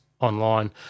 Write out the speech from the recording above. online